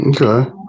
Okay